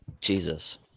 Jesus